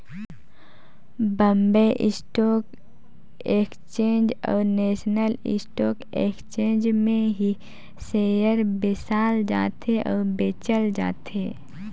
Bombay stock exchange अउ national stock exchange में ही सेयर बेसाल जाथे अउ बेंचल जाथे